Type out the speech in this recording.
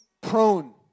prone